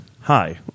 Hi